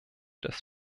das